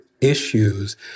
issues